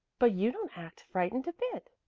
but you don't act frightened a bit,